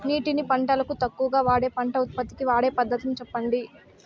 నీటిని పంటలకు తక్కువగా వాడే పంట ఉత్పత్తికి వాడే పద్ధతిని సెప్పండి?